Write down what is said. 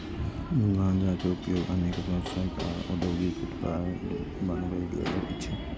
गांजा के उपयोग अनेक व्यावसायिक आ औद्योगिक उत्पाद बनबै लेल होइ छै